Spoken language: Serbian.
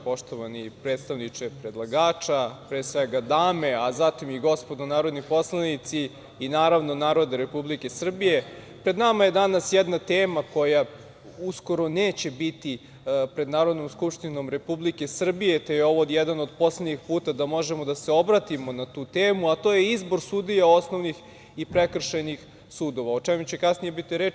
Poštovani predstavniče predlagača, pre svega dame, a zatim i gospodo narodni poslanici i naravno narode Republike Srbije, pred nama je danas jedna tema koja uskoro neće biti pred Narodnom skupštinom Republike Srbije, te je ovo jedan od poslednjih puta da možemo da se obratimo na tu temu, a to je izbor sudija osnovnih i prekršajnih sudova, o čemu će kasnije biti reči.